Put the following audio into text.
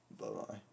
Bye-bye